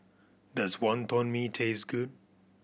does Wonton Mee taste good